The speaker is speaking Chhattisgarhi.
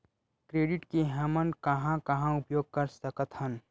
क्रेडिट के हमन कहां कहा उपयोग कर सकत हन?